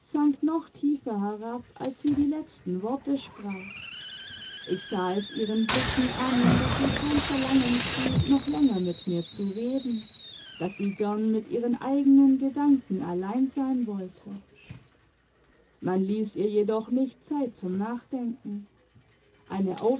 sank noch tiefer herab als sie die letzten worte sprach ich sah es ihren blicken an daß sie kein verlangen trug noch länger mit mir zu reden daß sie gern mit ihren eigenen gedanken allein sein wollte man ließ ihr jedoch nicht zeit zum nachdenken eine